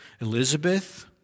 Elizabeth